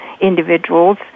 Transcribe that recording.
individuals